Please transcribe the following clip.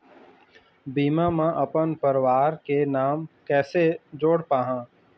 बीमा म अपन परवार के नाम कैसे जोड़ पाहां?